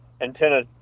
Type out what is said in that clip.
antenna